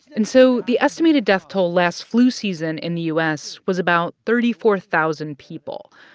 and so the estimated death toll last flu season in the u s. was about thirty four thousand people,